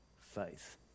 faith